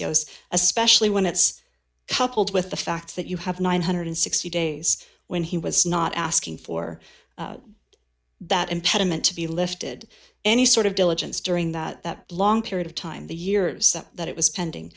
yes especially when it's coupled with the fact that you have nine hundred and sixty days when he was not asking for that impediment to be lifted any sort of diligence during that long period of time the years that that it was pending